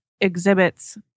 exhibits